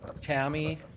Tammy